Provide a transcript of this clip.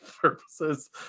purposes